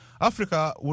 Africa